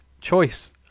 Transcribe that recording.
choice